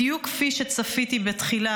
בדיוק כפי שצפיתי בהתחלה,